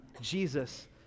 Jesus